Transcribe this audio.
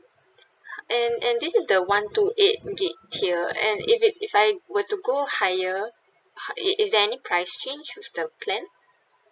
and and this is the one two eight gig tier and if it if I were to go higher h~ it is there any price change with the plan